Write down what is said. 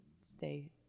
stay